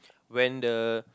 when the